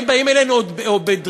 הם באים אלינו עוד בדרישות,